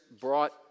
brought